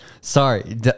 sorry